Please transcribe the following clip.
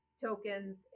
tokens